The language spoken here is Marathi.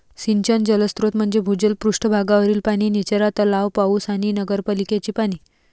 सिंचन जलस्रोत म्हणजे भूजल, पृष्ठ भागावरील पाणी, निचरा तलाव, पाऊस आणि नगरपालिकेचे पाणी